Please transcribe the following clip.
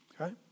okay